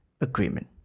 agreement